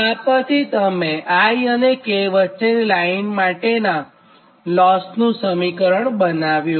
તો આ પરથી તમે i અને k વચ્ચેની લાઇન માટેનાં લોસનું સમીકરણ બનાવ્યું